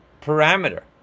parameter